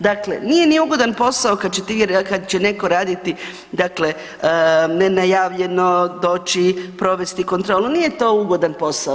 Dakle, nije ni ugodan posao kad će neko raditi, dakle nenajavljeno doći i provesti kontrolu, nije to ugodan posao.